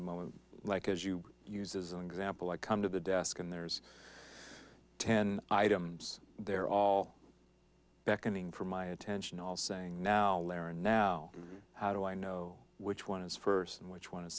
of moment like as you used as an example i come to the desk and there's ten items there all beckoning for my attention all saying now leora now how do i know which one is first and which one is